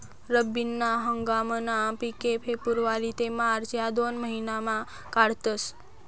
रब्बी ना हंगामना पिके फेब्रुवारी ते मार्च या दोन महिनामा काढातस